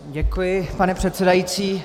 Děkuji, pane předsedající.